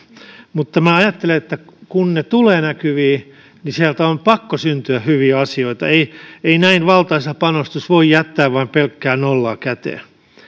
mutta minä ajattelen että kun ne tulevat näkyviin niin sieltä on pakko syntyä hyviä asioita ei ei näin valtaisa panostus voi jättää vain pelkkää nollaa käteen